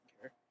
care